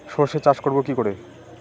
সর্ষে চাষ করব কি করে?